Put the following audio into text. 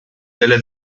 delle